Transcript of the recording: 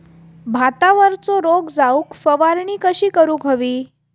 भातावरचो रोग जाऊक फवारणी कशी करूक हवी?